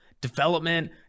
development